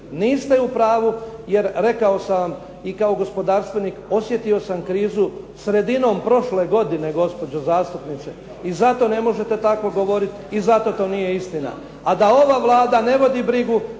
Niste u pravu, jer rekao sam vam i kao gospodarstvenik osjetio sam krizu sredinom prošle godine gospođo zastupnice i zato ne možete tako govoriti i zato to nije istina. A da ova Vlada ne vodi brigu